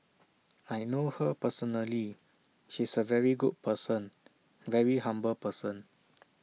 I know her personally she's A very good person very humble person